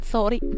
Sorry